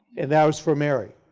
and that was for mary.